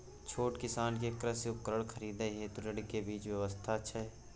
छोट किसान के कृषि उपकरण खरीदय हेतु ऋण के की व्यवस्था छै?